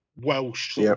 Welsh